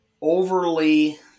overly